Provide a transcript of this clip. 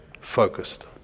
Focused